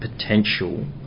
potential